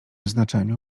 znaczeniu